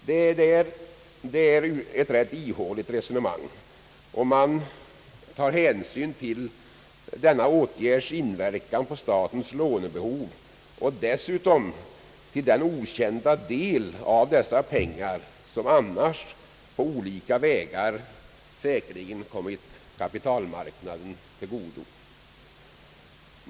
Men det är ett rätt ihåligt resonemang, om man tar hänsyn till denna åtgärds inverkan på statens lånebehov och dessutom till att man inte vet hur stor del av pengarna som annars på olika vägar säkerligen skulle ha kommit kapitalmarknaden till godo.